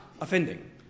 offending